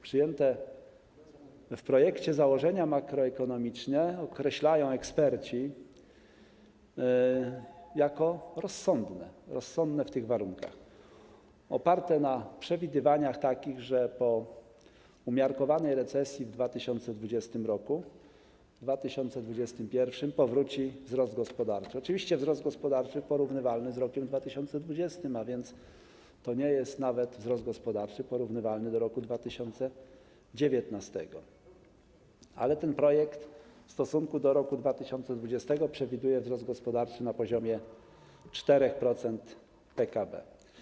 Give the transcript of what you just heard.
Przyjęte w projekcie założenia makroekonomiczne eksperci określają jako rozsądne, rozsądne w tych warunkach, oparte na przewidywaniach takich, że po umiarkowanej recesji w 2020 r. w 2021 r. powróci wzrost gospodarczy - oczywiście wzrost gospodarczy porównywalny z rokiem 2020, a więc to nie jest nawet wzrost gospodarczy porównywalny do roku 2019, ale ten projekt w stosunku do roku 2020 przewiduje wzrost gospodarczy na poziomie 4% PKB.